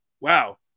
wow